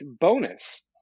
bonus